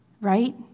right